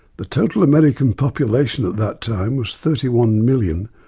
the total american population at that time was thirty one million,